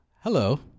hello